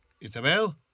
Isabel